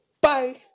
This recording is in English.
Bye